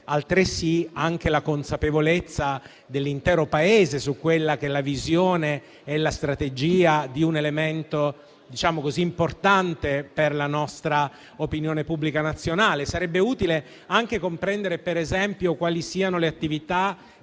altresì anche la consapevolezza dell'intero Paese sulla visione e la strategia in relazione a un elemento così importante per la nostra opinione pubblica nazionale. Sarebbe utile anche comprendere, per esempio, quali siano le attività